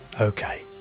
Okay